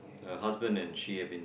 her husband and she have been